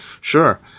sure